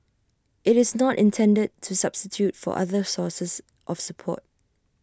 IT is not intended to substitute for other sources of support